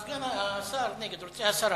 השר נגד, רוצה הסרה.